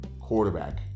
quarterback